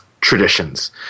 traditions